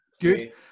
Good